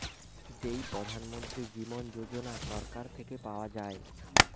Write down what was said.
যেই প্রধান মন্ত্রী জীবন যোজনা সরকার থেকে পাওয়া যায়